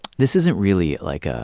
this isn't really, like, ah